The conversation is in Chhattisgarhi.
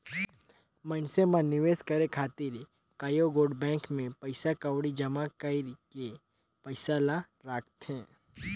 मइनसे मन निवेस करे खातिर कइयो गोट बेंक में पइसा कउड़ी जमा कइर के पइसा ल राखथें